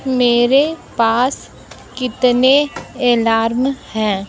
मेरे पास कितने एलार्म हैं